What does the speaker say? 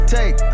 Take